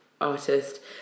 artist